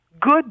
good